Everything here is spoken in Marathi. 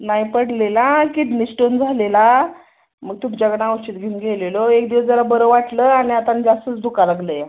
नाही पडलेला किडनी स्टोन झालेला मग तुमच्याकडनं औषध घेऊन गेलेलो एक दिवस जरा बरं वाटलं आणि आता आन जास्तच दुखा लागलंया